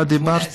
אתה דיברת